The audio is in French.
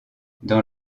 dans